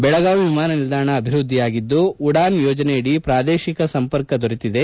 ಬೆಳಗಾವಿ ವಿಮಾನ ನಿಲ್ದಾಣ ಅಭಿವೃದ್ಧಿಯಾಗಿದ್ದು ಉಡಾನ್ ಯೋಜನೆಯಡಿ ಪ್ರಾದೇಶಿಕ ಸಂಪರ್ಕ ದೊರೆತಿದೆ